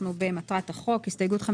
אנחנו ממשיכים בהסתייגויות.